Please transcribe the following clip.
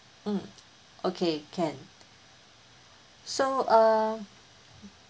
mm okay can so uh